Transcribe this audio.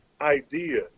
idea